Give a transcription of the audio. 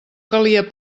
calia